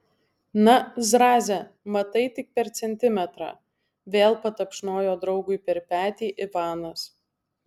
na zraze matai tik per centimetrą vėl patapšnojo draugui per petį ivanas